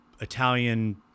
Italian